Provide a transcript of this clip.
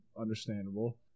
understandable